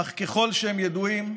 אך ככל שהם ידועים,